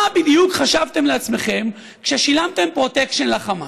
מה בדיוק חשבתם לעצמכם כששילמתם פרוטקשן לחמאס?